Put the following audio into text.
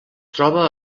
troba